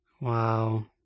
Wow